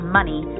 money